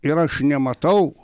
ir aš nematau